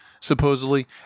supposedly